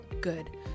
good